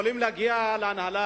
יכולים להגיע להנהלה,